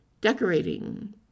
decorating